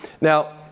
Now